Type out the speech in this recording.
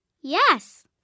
Yes